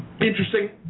interesting